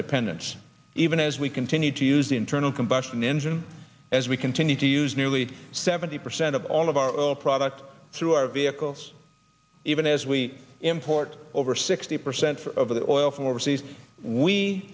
dependence even as we continue to use the internal combustion engine as we continue to use nearly seventy percent of all of our products through our vehicles even as we import over sixty percent for of the oil from overseas we